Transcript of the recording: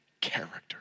character